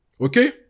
Okay